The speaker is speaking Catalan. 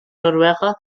noruega